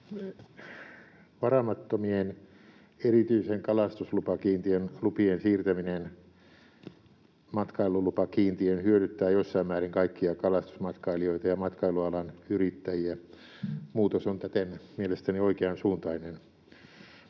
Varaamattomien, erityisen kalastuslupakiintiön lupien siirtäminen matkailulupakiintiöön hyödyttää jossain määrin kaikkia kalastusmatkailijoita ja matkailualan yrittäjiä — muutos on täten mielestäni oikeansuuntainen.